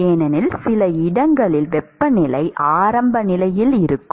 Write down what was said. ஏனெனில் சில இடங்களில் வெப்பநிலை ஆரம்ப நிலையில் இருக்கும்